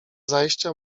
zajścia